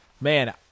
man